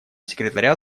секретаря